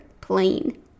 Plain